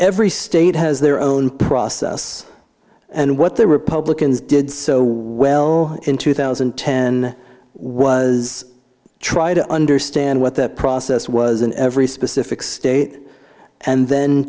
every state has their own process and what the republicans did so well in two thousand and ten was try to understand what the process was in every specific state and then